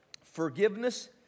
forgiveness